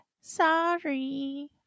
sorry